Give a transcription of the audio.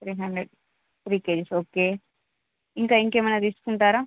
three hundred three kgs okay ఇంకా ఇంకా ఏమైనా తీసుకుంటారా